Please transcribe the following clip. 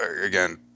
Again